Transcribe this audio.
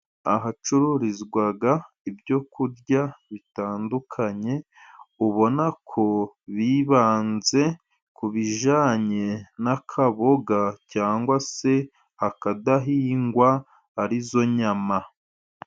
Ahacururizwa ibyokurya bitandukanye, ubona ko bibanze ku bijyanye n'akaboga cyangwa akadahingwa arizo nyama.